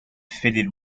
fitted